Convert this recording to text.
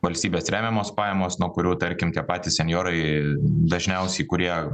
valstybės remiamos pajamos nuo kurių tarkim tie patys senjorai dažniausiai kurie